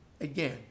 again